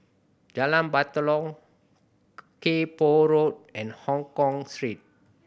Jalan Batalong Kay Poh Road and Hongkong Street